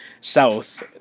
south